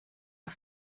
auf